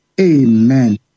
Amen